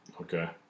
Okay